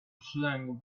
flung